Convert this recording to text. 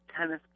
tennis